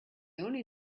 only